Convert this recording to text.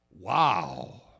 Wow